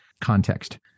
context